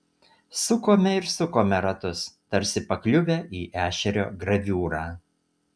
sukome ir sukome ratus tarsi pakliuvę į ešerio graviūrą